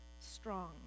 strong